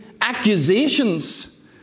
accusations